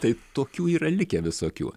tai tokių yra likę visokių